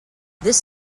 this